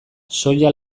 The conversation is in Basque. soja